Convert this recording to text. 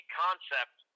concept